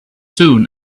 soon